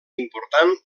important